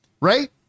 Right